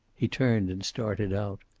he turned and started out.